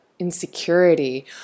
insecurity